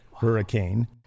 hurricane